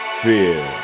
fear